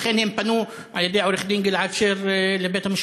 לכן הם פנו על-ידי עורך-דין גלעד שר לבית-המשפט.